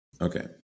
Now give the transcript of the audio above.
Okay